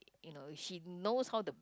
you know she knows how to